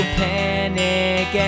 panic